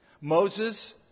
Moses